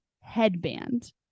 headband